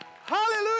Hallelujah